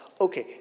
Okay